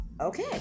Okay